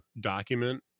document